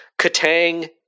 katang